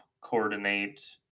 coordinate